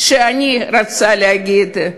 שאני רוצה להגיד,